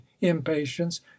impatience